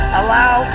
allow